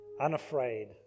unafraid